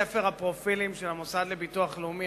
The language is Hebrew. ספר הפרופילים של המוסד לביטוח לאומי,